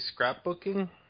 scrapbooking